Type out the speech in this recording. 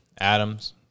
Adams